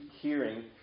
hearing